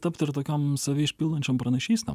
tapt ir tokiom save išpildančiom pranašystėm